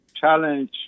challenge